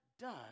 done